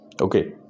okay